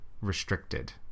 restricted